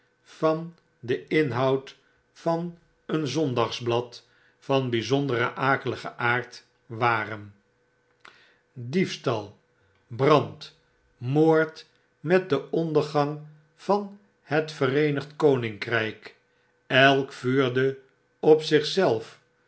van den in houd van een zondagsblad van bjjzonder akeligen aard waren dielstal brand moord met den ondergang van het vereenigd koninkryk elk vuurde op zich